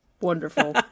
wonderful